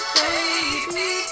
baby